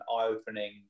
eye-opening